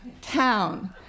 town